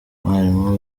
umwarimu